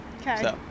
Okay